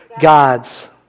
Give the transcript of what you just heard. God's